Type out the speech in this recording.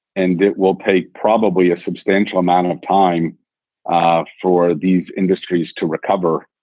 and it will pay probably a substantial amount of time ah for these industries to recover.